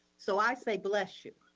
so i say, bless you.